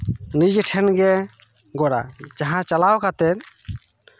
ᱱᱤᱡᱮ ᱴᱷᱮᱱ ᱜᱮ ᱜᱚᱲᱟ ᱡᱟᱦᱟᱸ ᱪᱟᱞᱟᱣ ᱠᱟᱛᱮᱫ